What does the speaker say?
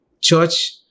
Church